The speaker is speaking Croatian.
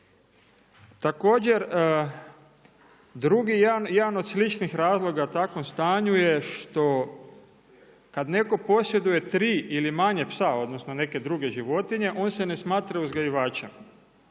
Također, drugi, jedan od sličnih razloga takvom stanju je što, kad netko posjeduje tri ili manje psa, odnosno neke druge životinje, on se ne smatra uzgajivačem.